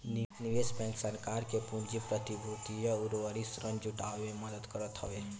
निवेश बैंक सरकार के पूंजी, प्रतिभूतियां अउरी ऋण जुटाए में मदद करत हवे